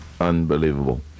Unbelievable